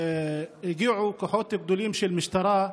הגיעו כוחות גדולים של משטרה,